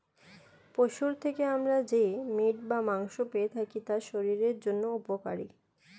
পশুর থেকে আমরা যে মিট বা মাংস পেয়ে থাকি তা শরীরের জন্য উপকারী